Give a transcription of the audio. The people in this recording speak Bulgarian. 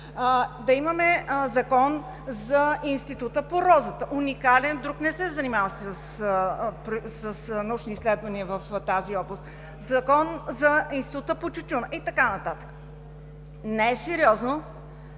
Да имаме закон за Института по розата – уникален, друг не се занимава с научни изследвания в тази област, закон за Института по тютюна и така нататък. Не е сериозно